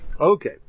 Okay